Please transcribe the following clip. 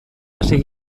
hasi